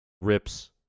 rips